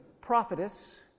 prophetess